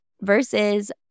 versus